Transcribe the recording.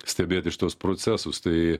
stebėti šituos procesus tai